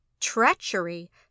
treachery